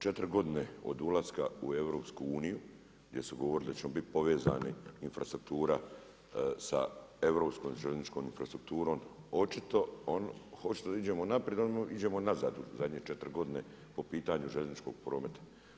4 godine od ulaska u EU gdje su govorili da ćemo biti povezani infrastruktura sa europskom željezničkom infrastrukturom, očito hoćete da iđemo naprijed, a ono iđemo nazad u zadnje 4 godine po pitanju željezničkog prometa.